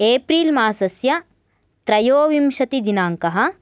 April मासस्य त्रयोविंशति दिनाङ्कः